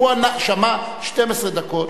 הוא שמע 12 דקות.